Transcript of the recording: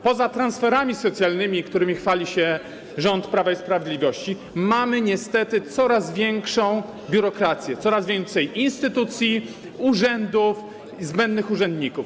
Poza transferami socjalnymi, którymi chwali się rząd Prawa i Sprawiedliwości, mamy niestety coraz większą biurokrację, coraz więcej instytucji, urzędów i zbędnych urzędników.